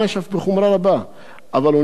אבל הוא נברא בצלם אלוקים,